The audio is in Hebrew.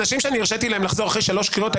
אנשים שאני הרשיתי להם לחזור אחרי שלוש קריאות,